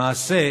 למעשה,